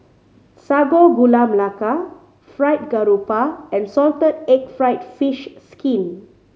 Sago Gula Melaka Fried Garoupa and salted egg fried fish skin